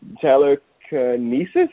telekinesis